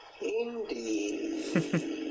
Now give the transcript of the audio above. Indeed